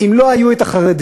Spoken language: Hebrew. אם לא היו החרדים,